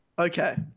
okay